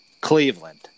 Cleveland